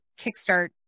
kickstart